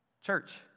Church